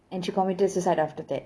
and she committed suicide after that